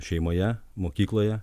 šeimoje mokykloje